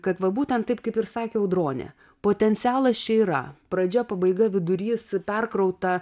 kad va būtent taip kaip ir sakė audronė potencialas čia yra pradžia pabaiga vidurys perkrauta